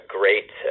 great